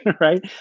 right